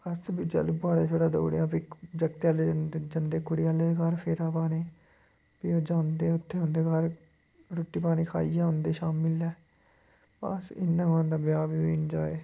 अस बी चलो पुआड़ा शुआड़ा देई उड़े फिर इक जागतै आह्ले जंदे कुड़ी आह्लें दे घर फेरा पाने फ्ही ओह् जंदे उत्थें उंदे घर रुट्टी पानी खाइयै आंदे शामी बेल्लै बस इयां गै होंदा ब्याह् ब्यू इंजाए